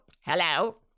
hello